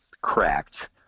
cracked